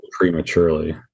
prematurely